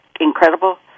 incredible